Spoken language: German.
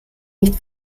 nicht